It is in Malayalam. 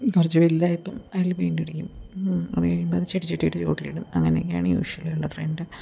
കുറച്ച് വലുതായപ്പം അതിൽ പെയിൻ്റ് അടിക്കും അതു കഴിയുമ്പോൾ അത് ചെടിച്ചട്ടിയുടെ ചുവട്ടിലിടും അങ്ങനെയൊക്കെയാണ് യുഷ്വലി ഉള്ള ട്രെൻഡ്